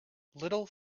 little